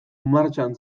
martxan